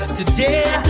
Today